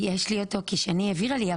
יש לי אותו, כי שני העבירה לי.